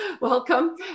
welcome